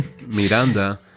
Miranda